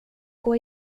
går